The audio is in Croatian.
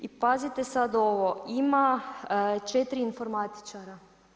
I pazite sad ovo ima 4 informatičara.